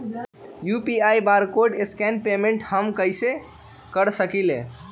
UPI barcode scan payment हम कईसे कर सकली ह?